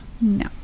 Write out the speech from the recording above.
No